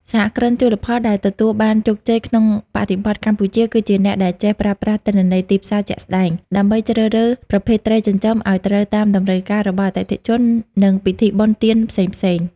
សហគ្រិនជលផលដែលទទួលបានជោគជ័យក្នុងបរិបទកម្ពុជា គឺជាអ្នកដែលចេះប្រើប្រាស់ទិន្នន័យទីផ្សារជាក់ស្ដែង ដើម្បីជ្រើសរើសប្រភេទត្រីចិញ្ចឹមឱ្យត្រូវតាមតម្រូវការរបស់អតិថិជន និងពិធីបុណ្យទានផ្សេងៗ។